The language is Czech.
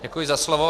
Děkuji za slovo.